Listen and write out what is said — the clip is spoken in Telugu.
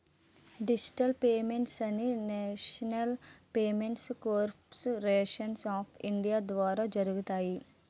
డిజిటల్ పేమెంట్లు అన్నీనేషనల్ పేమెంట్ కార్పోరేషను ఆఫ్ ఇండియా ద్వారా జరుగుతాయి